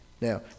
Now